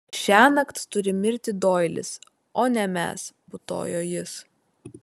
šiąnakt turi mirti doilis o ne mes putojo jis